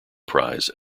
prize